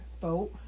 Boat